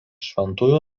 šventųjų